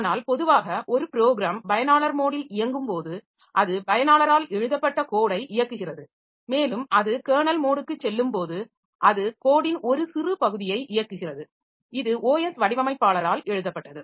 ஆனால் பொதுவாக ஒரு ப்ரோக்ராம் பயனாளர் மோடில் இயங்கும்போது அது பயனாளரால் எழுதப்பட்ட கோடை இயக்குகிறது மேலும் அது கெர்னல் மோடுக்கு செல்லும்போது அது கோடின் ஒரு சிறு பகுதியை இயக்குகிறது இது OS வடிவமைப்பாளரால் எழுதப்பட்டது